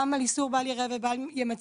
גם על איסור בל ייראה וגם יימצא,